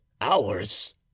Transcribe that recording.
hours